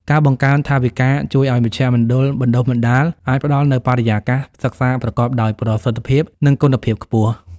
ការបង្កើនថវិកាជួយឱ្យមជ្ឈមណ្ឌលបណ្តុះបណ្តាលអាចផ្តល់នូវបរិយាកាសសិក្សាប្រកបដោយប្រសិទ្ធភាព និងគុណភាពខ្ពស់។